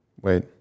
Wait